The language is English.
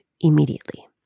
immediately